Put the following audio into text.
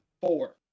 four